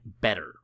better